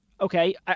Okay